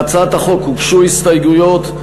להצעת החוק הוגשו הסתייגויות.